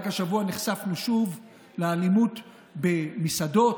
רק השבוע נחשפנו שוב לאלימות במסעדות,